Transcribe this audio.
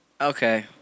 okay